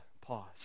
pause